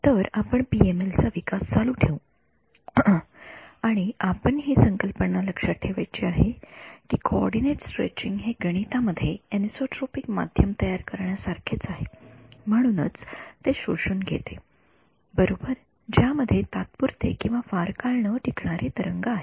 तर आपण पीएमएल चा विकास चालू ठेवू आणि आपण हि संकल्पना लक्षात ठेवायची आहे कि कोऑर्डिनेट स्ट्रेचिंग हे गणितामध्ये एनिसोट्रॉपिक माध्यम तयार करण्या सारखेच आहे म्हणूनच ते शोषून घेते बरोबर ज्यामध्ये तात्पुरते किंवा फार काळ ना टिकणारे तरंग आहेत